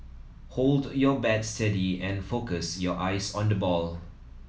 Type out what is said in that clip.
hold your bat steady and focus your eyes on the ball